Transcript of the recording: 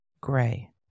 gray